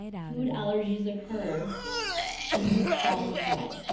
food allergies occur in the following way.